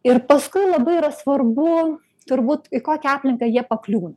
ir paskui labai yra svarbu turbūt į kokią aplinką jie pakliūna